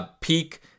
Peak